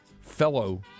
fellow